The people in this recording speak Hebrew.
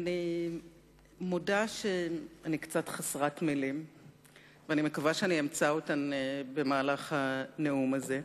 אני מודה שאני קצת חסרת מלים ואני מקווה שאמצא אותן במהלך הנאום הזה.